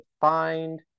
find